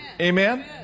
Amen